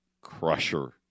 crusher